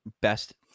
best